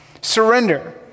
Surrender